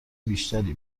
بیشتری